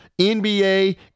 NBA